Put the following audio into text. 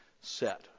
set